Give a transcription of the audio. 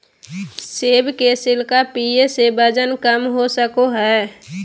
सेब के सिरका पीये से वजन कम हो सको हय